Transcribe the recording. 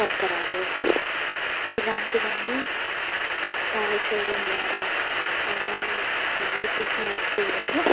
పరికరాలు ఇలాంటివన్నీ తయారు చేయడం ద్వారా తయారు చేసిన వస్తువులను